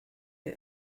the